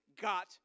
got